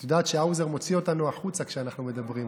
את יודעת שהאוזר מוציא אותנו החוצה כשאנחנו מדברים,